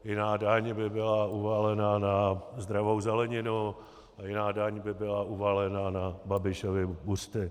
Jiná daň by byla uvalena na zdravou zeleninu, jiná daň by byla uvalena na Babišovy buřty.